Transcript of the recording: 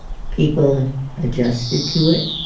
people adjusted to it,